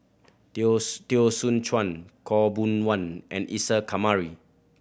Teo Teo Soon Chuan Khaw Boon Wan and Isa Kamari